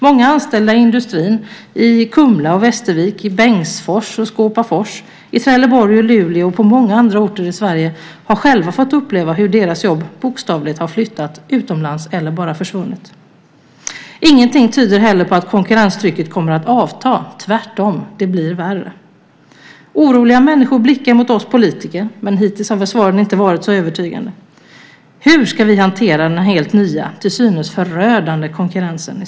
Många anställda i industrin i Kumla och Västervik, i Bengtsfors och Skåpafors, i Trelleborg och Luleå och på många andra orter i Sverige har själva fått uppleva hur deras jobb bokstavligt har flyttat utomlands eller bara försvunnit. Ingenting tyder heller på att konkurrenstrycket kommer att avta, tvärtom: Det blir värre. Oroliga människor blickar mot oss politiker. Men hittills har väl svaren inte varit så övertygande. Hur ska vi i Sverige hantera den helt nya, till synes förödande konkurrensen?